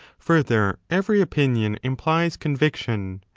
further, every opinion implies conviction,